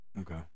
Okay